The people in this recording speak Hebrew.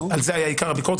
על זה הייתה עיקר הביקורת,